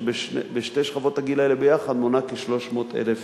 שבשתי שכבות הגיל האלה ביחד מונה כ-300,000 ילדים.